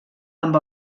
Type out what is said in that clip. amb